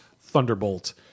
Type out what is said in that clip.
Thunderbolt